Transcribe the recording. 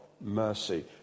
mercy